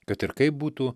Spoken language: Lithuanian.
kad ir kaip būtų